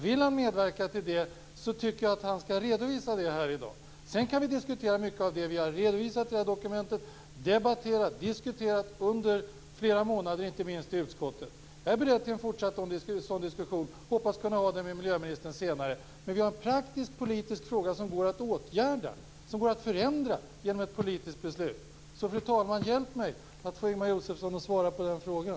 Vill han medverka till det tycker jag att han skall redovisa det här i dag. Sedan kan vi diskutera mycket av det vi har redovisat i det här dokumentet, det vi har debatterat och diskuterat under flera månader inte minst i utskottet. Jag är beredd till en fortsatt sådan diskussion och hoppas kunna föra den med miljöministern senare. Men här har vi en praktisk politisk fråga som går att åtgärda, som går att förändra genom ett politiskt beslut. Så hjälp mig, fru talman, att få Ingemar Josefsson att svara på den frågan!